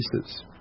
pieces